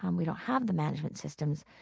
um we don't have the management systems,